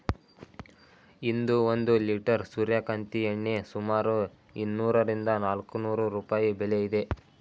ಇಂದು ಒಂದು ಲಿಟರ್ ಸೂರ್ಯಕಾಂತಿ ಎಣ್ಣೆ ಸುಮಾರು ಇನ್ನೂರರಿಂದ ನಾಲ್ಕುನೂರು ರೂಪಾಯಿ ಬೆಲೆ ಇದೆ